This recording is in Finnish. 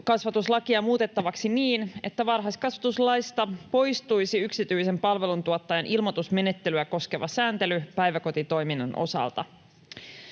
varhaiskasvatuslakia muutettavaksi niin, että varhaiskasvatuslaista poistuisi yksityisen palveluntuottajan ilmoitusmenettelyä koskeva sääntely päiväkotitoiminnan osalta.